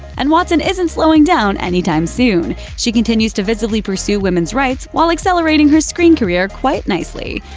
and watson isn't slowing down anytime soon. she continues to visibly pursue women's rights while accelerating her screen career quite nicely.